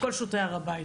כל שוטרי הר הבית